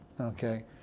Okay